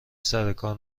سرکار